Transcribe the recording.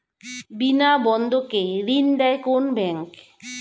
বিনা বন্ধকে ঋণ দেয় কোন ব্যাংক?